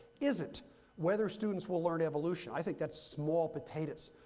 isn't whether students will learn evolution. i think that's small potatoes.